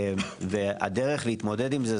הדרך להתמודד עם זה,